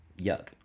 Yuck